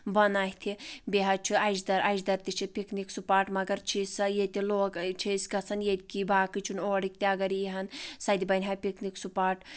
بُنہٕ اَتھِ بیٚیہِ حٕظ چھُ اجدر اَجدر تہِ چھِ پِکنِک سُپاٹ مگر چھِی سۄ ییٚتہِ لوک چھِ أسۍ گژھان ییٚتہِ کہِ باقٕے چھُنہٕ اورٕکۍ تہِ اگر ییِہن سُہٕ تہِ بَنِہا پِکنِک سُپاٹ